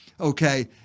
Okay